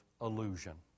illusion